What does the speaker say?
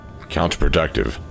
Counterproductive